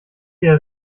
ihr